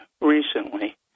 recently